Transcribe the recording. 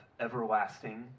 everlasting